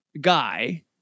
guy